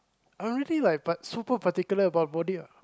I really like but super particular about body